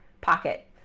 pocket